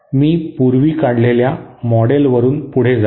मी पूर्वी काढलेल्या मॉडेलवरून पुढे जाऊ